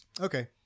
Okay